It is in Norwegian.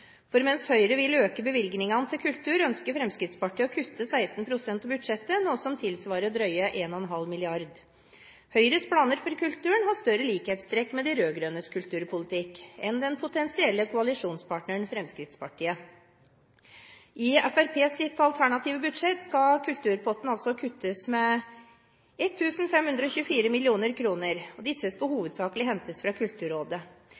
For mens Høyre vil øke bevilgningene til kultur, ønsker Fremskrittspartiet å kutte 16 pst. av budsjettet, noe som tilsvarer drøye 1,5 mrd. kr. Høyres planer for kulturen har større likhetstrekk med de rød-grønnes kulturpolitikk enn med den potensielle koalisjonspartneren Fremskrittspartiets kulturpolitikk. I Fremskrittspartiets alternative budsjett skal kulturpotten altså kuttes med 1 524 mill. kr, og disse skal hovedsakelig hentes fra Kulturrådet